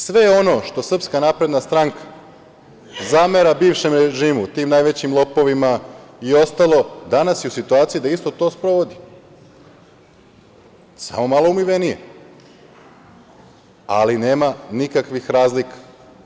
Sve ono što SNS zamera bivšem režimu, tim najvećim lopovima i ostalo, danas je u situaciji da isto to sprovodi, samo malo umivenije, ali nema nikakvih razlika.